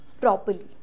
properly